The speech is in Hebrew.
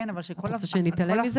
אז שנתעלם מזה?